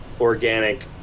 organic